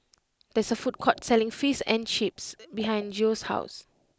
there is a food court selling Fish and Chips behind Geo's house